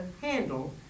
handle